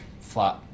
flat